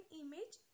image